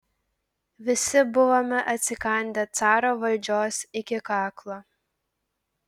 visi buvome atsikandę caro valdžios iki kaklo